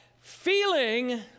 feeling